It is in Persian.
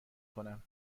کنم